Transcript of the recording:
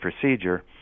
procedure